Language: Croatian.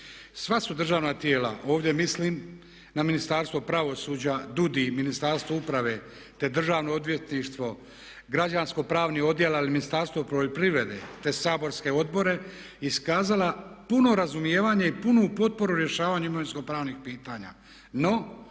Sva su državna tijela, ovdje mislim na Ministarstvo pravosuđa, DUUDI, Ministarstvo uprave te Državno odvjetništvo, Građansko-pravni odjel ali i Ministarstvo poljoprivrede te saborske odbore iskazala puno razumijevanje i punu potporu u rješavanju imovinsko-pravnih pitanja.